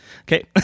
Okay